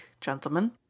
gentlemen